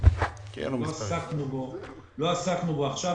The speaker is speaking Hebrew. לא עסקנו בו עכשיו.